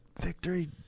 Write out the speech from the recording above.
Victory